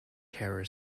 terror